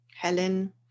Helen